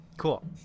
Cool